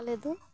ᱟᱞᱮᱫᱚ